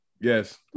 Yes